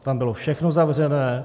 Tam bylo všechno zavřené.